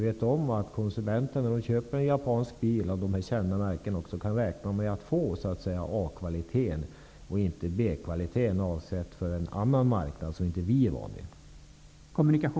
Konsumenterna skall, när de köper en japansk bil av de här kända märkena, också kunna räkna med att få A-kvaliteten och inte B-kvaliteten, avsedd för en annan marknad som inte vi är vana vid.